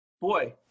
boy